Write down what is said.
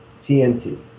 TNT